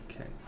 Okay